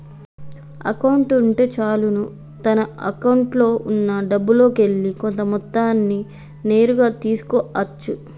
account ఉంటే చాలును తన అకౌంట్లో ఉన్నా డబ్బుల్లోకెల్లి కొంత మొత్తాన్ని నేరుగా తీసుకో అచ్చు